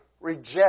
reject